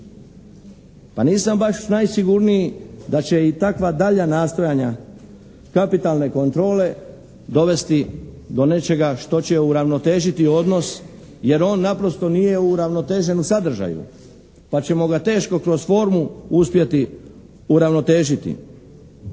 A nisam baš najsigurniji da će i takva dalja nastojanja kapitalne kontrole dovesti do nečega što će uravnotežiti odnos jer on naprosto nije uravnotežen u sadržaju pa ćemo ga teško kroz formu uspjeti uravnotežiti.